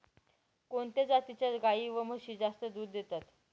कोणत्या जातीच्या गाई व म्हशी जास्त दूध देतात?